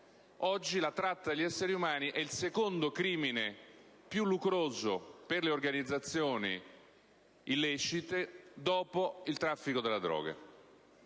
Oggi, la tratta degli esseri umani è il secondo crimine più lucroso per le organizzazioni illecite, dopo il traffico di droga.